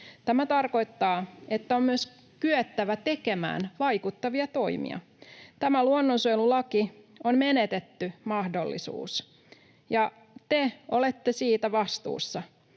Tämä tarkoittaa, että on myös kyettävä tekemään vaikuttavia toimia. Tämä luonnonsuojelulaki on menetetty mahdollisuus, ja te olette siitä vastuussa.